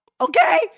Okay